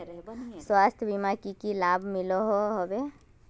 स्वास्थ्य बीमार की की लाभ मिलोहो होबे?